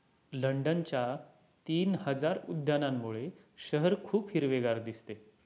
लंडनच्या तीन हजार उद्यानांमुळे शहर खूप हिरवेगार दिसते